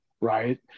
right